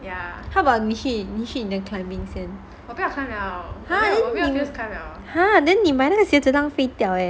ya how about 你去你去你的 climbing !huh! then 你买那个鞋子浪费掉 eh